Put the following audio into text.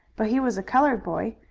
but he was a colored boy.